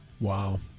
Wow